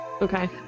Okay